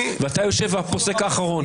ואתה יושב והפוסק האחרון.